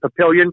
Papillion